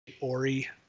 Ori